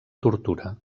tortura